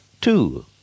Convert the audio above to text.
two